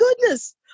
goodness